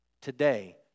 Today